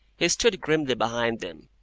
he stood grimly behind them,